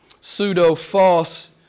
pseudo-false